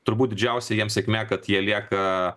turbūt didžiausia jiem sėkmė kad jie lieka